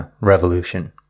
revolution